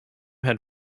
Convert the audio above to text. had